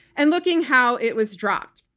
and looking how it was dropped.